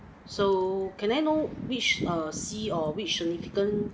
so can I know which err sea or which significant